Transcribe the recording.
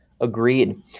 Agreed